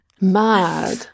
mad